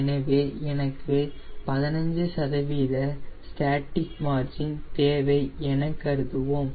எனவே எனக்கு 15 சதவீத ஸ்டேட்டிக் மார்ஜின் தேவை என கருதுவோம்